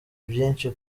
byinshi